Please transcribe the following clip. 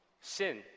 sin